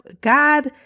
God